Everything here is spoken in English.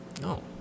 No